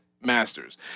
masters